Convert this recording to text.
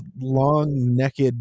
long-necked